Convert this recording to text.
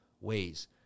ways